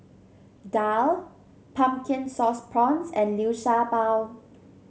daal Pumpkin Sauce Prawns and Liu Sha Bao